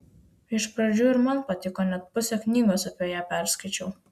iš pradžių ir man patiko net pusę knygos apie ją perskaičiau